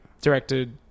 directed